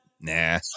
Nah